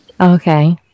Okay